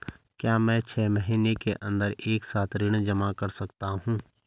क्या मैं छः महीने के अन्दर एक साथ ऋण जमा कर सकता हूँ?